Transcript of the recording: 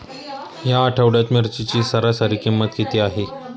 या आठवड्यात मिरचीची सरासरी किंमत किती आहे?